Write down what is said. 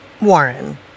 Warren